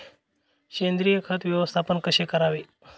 सेंद्रिय खत व्यवस्थापन कसे करावे?